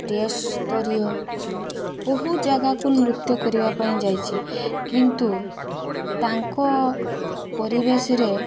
state ସ୍ତରୀୟ ବହୁତ ଜାଗାକୁ ନୃତ୍ୟ କରିବା ପାଇଁ ଯାଇଛି କିନ୍ତୁ ତାଙ୍କ ପରିବେଶରେ